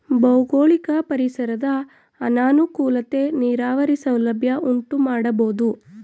ಭೌಗೋಳಿಕ ಪರಿಸರದ ಅನಾನುಕೂಲತೆ ನೀರಾವರಿ ಸೌಲಭ್ಯ ಉಂಟುಮಾಡಬೋದು